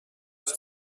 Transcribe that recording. روز